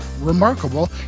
remarkable